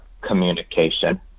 communication